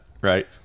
right